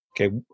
Okay